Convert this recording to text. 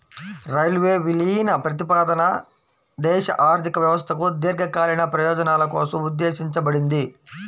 railway విలీన ప్రతిపాదన దేశ ఆర్థిక వ్యవస్థకు దీర్ఘకాలిక ప్రయోజనాల కోసం ఉద్దేశించబడింది